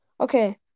Okay